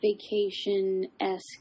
vacation-esque